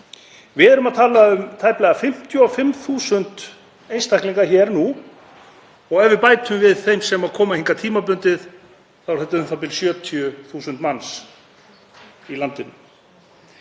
Við erum að tala um tæplega 55.000 einstaklinga sem eru hérna nú og ef við bætum við þeim sem koma hingað tímabundið þá eru þetta um 70.000 manns í landinu.